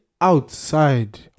outside